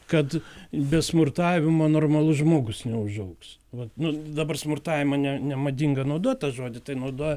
kad be smurtavimo normalus žmogus neužaugs vat nu dabar smurtavimą ne nemadinga naudot tą žodį tai naudoja